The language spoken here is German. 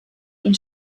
ihn